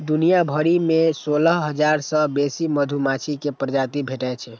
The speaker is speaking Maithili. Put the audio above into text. दुनिया भरि मे सोलह हजार सं बेसी मधुमाछी के प्रजाति भेटै छै